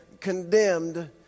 condemned